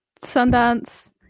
sundance